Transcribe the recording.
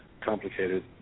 complicated